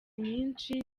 nyinshi